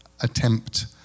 attempt